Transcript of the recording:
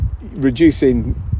reducing